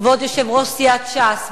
כבוד יושב-ראש סיעת ש"ס,